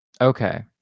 Okay